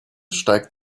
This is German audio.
steigt